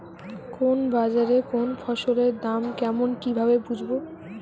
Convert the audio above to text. কোন বাজারে কোন ফসলের দাম কেমন কি ভাবে বুঝব?